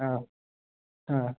ആ ആ